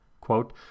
quote